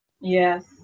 Yes